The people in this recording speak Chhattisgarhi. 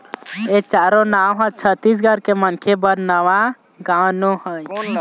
ए चारो नांव ह छत्तीसगढ़ के मनखे बर नवा नांव नो हय